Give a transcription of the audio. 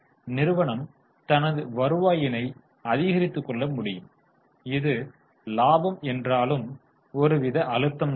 எனவே நிறுவனம் தனது வருவாயினை அதிகரித்துக்கொள்ள முடியும் இது லாபம் என்றாலும் ஒருவித அழுத்தம் தான்